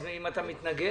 והאם אתה מתנגד.